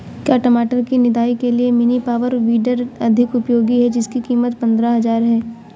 क्या टमाटर की निदाई के लिए मिनी पावर वीडर अधिक उपयोगी है जिसकी कीमत पंद्रह हजार है?